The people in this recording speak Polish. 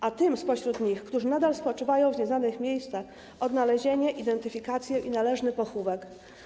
A tym spośród nich, którzy nadal spoczywają w nieznanych miejscach - odnalezienie, identyfikację i należny pochówek.